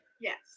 Yes